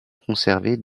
conservée